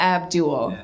Abdul